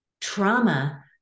trauma